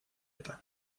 это